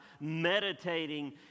meditating